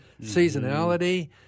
Seasonality